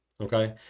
okay